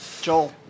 joel